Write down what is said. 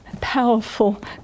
powerful